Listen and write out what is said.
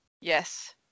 Yes